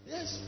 Yes